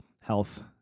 health